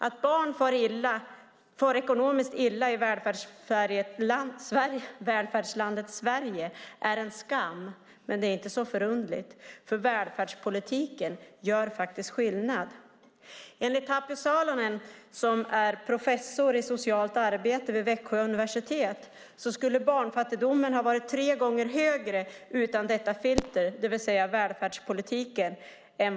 Att barn ekonomiskt far illa i välfärdslandet Sverige är en skam men inte så underligt, för välfärdspolitiken gör faktiskt skillnad. Enligt Tapio Salonen, professor i socialt arbete vid Växjö universitet, skulle barnfattigdomen utan filtret välfärdspolitiken ha varit tre gånger större än den i dag är.